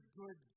good